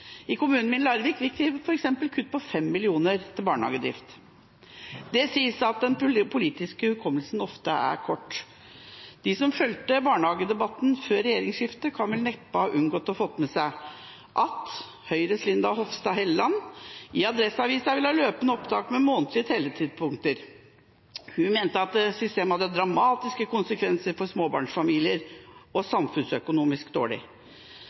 I min hjemkommune Larvik fikk vi f.eks. kutt på nærmere 5 mill. kr til barnehagedrift. Det sies at den politiske hukommelsen ofte er kort. De som fulgte barnehagedebatten før regjeringsskiftet, kan vel neppe ha unngått å få med seg at Høyres Linda C. Hofstad Helleland, ifølge Adresseavisen, ville ha løpende opptak med månedlige telletidspunkter. Hun mente dagens system hadde dramatiske konsekvenser for småbarnsfamilier og var samfunnsøkonomisk dårlig.